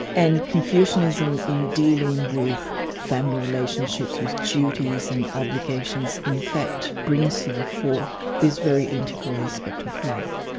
and confucianism in dealing with family relationships with duties and obligations in fact brings to the fore these very integral aspects of life.